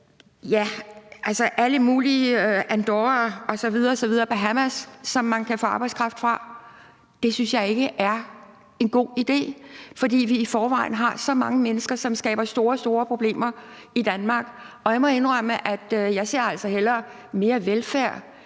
alle mulige lande, som man kan få arbejdskraft fra – det synes jeg ikke er en god idé, fordi vi i forvejen har så mange mennesker, som skaber store, store problemer i Danmark. Og jeg må indrømme, at jeg altså hellere ser mere velfærd,